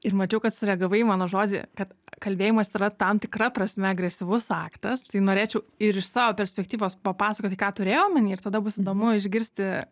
ir mačiau kad sureagavai į mano žodį kad kalbėjimas yra tam tikra prasme agresyvus aktas tai norėčiau ir iš savo perspektyvos papasakoti ką turėjau omeny ir tada bus įdomu išgirsti